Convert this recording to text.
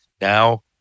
Now